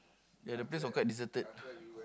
ya the place was quite deserted